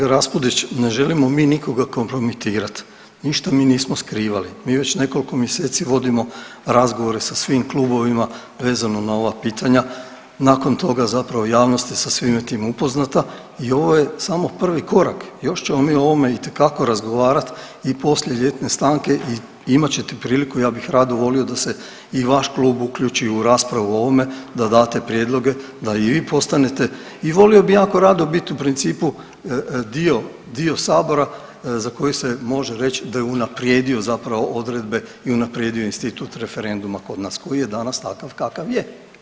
Kolega Raspudić, ne želimo mi nikoga kompromitirat, ništa mi nismo skrivali, mi već nekoliko mjeseci vodimo razgovore sa svim klubovima vezano na ova pitanja, nakon toga zapravo javnosti je sa svime tim upoznata i ovo je samo prvi korak, još ćemo mi o ovome itekako razgovarat i poslije ljetne stanke imat ćete priliku, ja bih rado volio da se i vaš klub uključi u raspravu o ovome, da date prijedloge, da i vi postanete i volio bi jako rado bit u principu dio, dio sabora za koji se može reć da je unaprijedio zapravo odredbe i unaprijedio institut referenduma kod nas koji je danas takav kakav je.